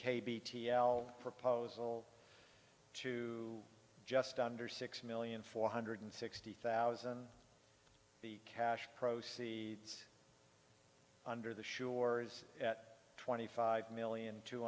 b t l proposal to just under six million four hundred sixty thousand the cash proceeds under the shore is at twenty five million two